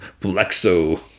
Flexo